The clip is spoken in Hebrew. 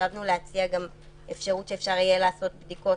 חשבנו להציע אפשרות שאפשר יהיה לעשות בדיקות